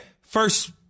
first